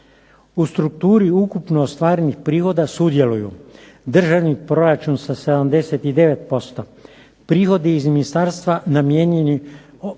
U strukturi ukupno ostvarenih prihoda sudjeluju državni proračun sa 79%, prihodi iz ministarstva namijenjeni